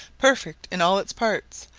perfect in all its parts,